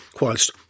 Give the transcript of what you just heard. whilst